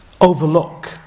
overlook